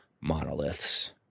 monoliths